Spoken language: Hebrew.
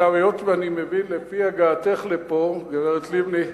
עכשיו, היות שאני מבין, לפי הגעתך לפה, גברת לבני,